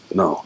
no